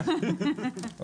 נמשיך בדיון הבא.